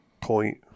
point